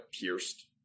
pierced